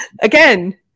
Again